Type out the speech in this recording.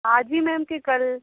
आज ही मैम कि कल